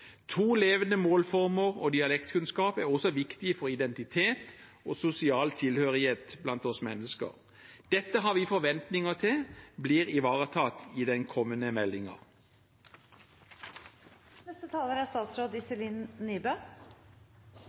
To levende målformer og dialektkunnskap er også viktig for identitet og sosial tilhørighet blant oss mennesker. Dette har vi forventninger til at blir ivaretatt i den kommende meldingen. Bokmål og nynorsk er